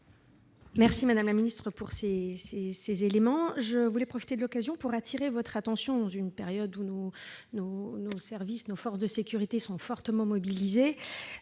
Merci, madame la ministre, pour ces éléments. Je veux profiter de cette occasion pour attirer votre attention, dans une période où nos forces de sécurité sont fortement mobilisées,